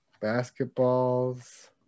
Basketballs